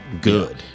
Good